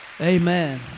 Amen